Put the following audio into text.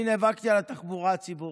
אני נאבקתי על התחבורה הציבורית.